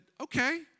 okay